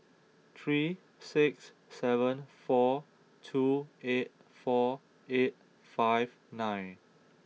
three six seven four two eight four eight five nine